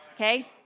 okay